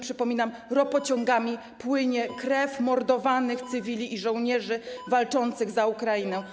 Przypominam: ropociągami płynie krew mordowanych cywili i żołnierzy walczących za Ukrainę.